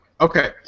okay